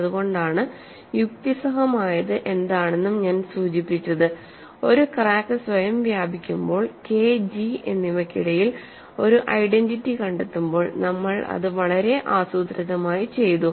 അതുകൊണ്ടാണ് യുക്തിസഹമായത് എന്താണെന്നും ഞാൻ സൂചിപ്പിച്ചത് ഒരു ക്രാക്ക് സ്വയം വ്യാപിക്കുമ്പോൾ കെ ജി എന്നിവയ്ക്കിടയിൽ ഒരു ഐഡന്റിറ്റി കണ്ടെത്തുമ്പോൾ നമ്മൾ അത് വളരെ ആസൂത്രിതമായി ചെയ്തു